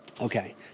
Okay